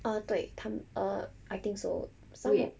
uh 对他 uh I think so some